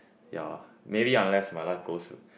ya maybe unless my life goes to